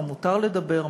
מה מותר לדבר,